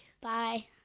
bye